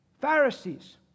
Pharisees